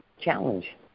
challenge